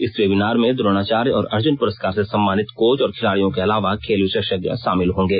इस वेबिनार में द्रोणाचार्य और अर्जुन पुरस्कार से सम्मानित कोच और खिलाड़ियों के अलावा खेल विशेषज्ञ शामिल होंगे